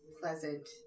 pleasant